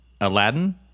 Aladdin